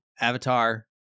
Avatar